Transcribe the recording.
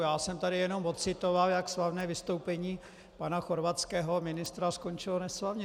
Já jsem tu jen ocitoval, jak slavné vystoupení pana chorvatského ministra skončilo neslavně.